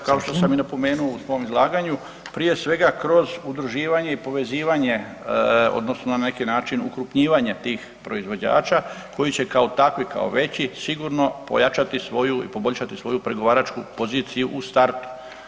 Hvala na pitanju, pa evo kao što sam i napomenuo u svom izlaganju prije svega kroz udruživanje i povezivanje odnosno na neki način ukrupnjivanje tih proizvođača koji će kao takvi, kao veći sigurno pojačati svoju i poboljšati svoju pregovaračku poziciju u startu.